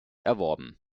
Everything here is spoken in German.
erworben